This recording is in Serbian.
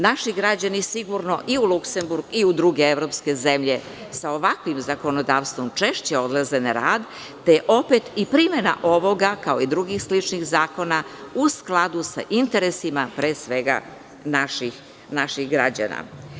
Naši građani sigurno i u Luksemburg i u druge evropske zemlje sa ovakvim zakonodavstvom češće odlaze na rad, te je, opet, i primena ovoga, kao i drugih sličnih zakona, u skladu sa interesima pre svega naših građana.